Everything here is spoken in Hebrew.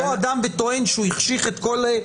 יבוא אדם ויטען שהוא החשיך את הכול,